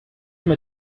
from